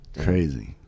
crazy